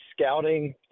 scouting